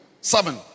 Seven